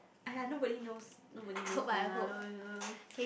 !aiya! nobody knows nobody knows one ah nobody knows